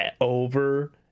over